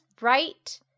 right